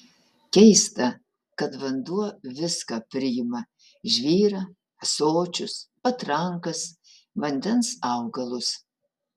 keista kad vanduo viską priima žvyrą ąsočius patrankas vandens augalus